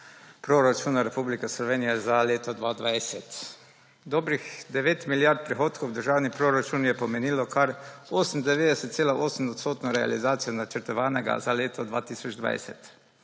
Proračuna Republike Slovenije za leto 2020. Dobrih 9 milijard prihodkov v državni proračuna je pomenilo kar 98,8-odstotno realizacijo načrtovanega za leto 2020.